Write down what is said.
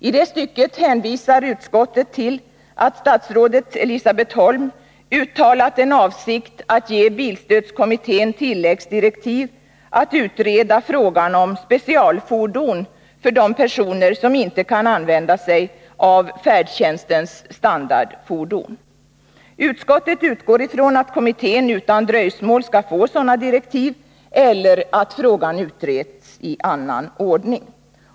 I det stycket hänvisar utskottet till att statsrådet Elisabet Holm har uttalat att avsikten är att ge bilstödskommittén tilläggsdirektiv att utreda frågan om specialfordon för personer som inte kan använda sig av färdtjänstens standardfordon. Utskottet utgår från att kommittén utan dröjsmål skall få sådana direktiv eller att frågan utreds i annan ordning.